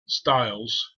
styles